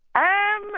i um